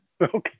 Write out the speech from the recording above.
Okay